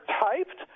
typed